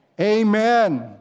amen